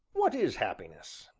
what is happiness?